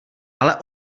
ale